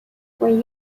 when